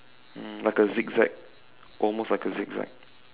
um like a zigzag almost like a zigzag